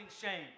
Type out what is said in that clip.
shame